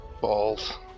Balls